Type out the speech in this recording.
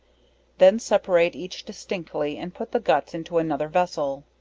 then separate each distinctly and put the guts into another vessel,